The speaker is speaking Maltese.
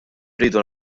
rridu